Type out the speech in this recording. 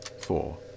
four